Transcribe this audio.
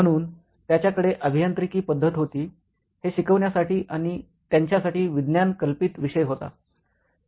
म्हणून त्याच्याकडे अभियांत्रिकी पद्धत होती हे शिकवण्यासाठी आणि त्यांच्यासाठी विज्ञान कल्पित विषय होता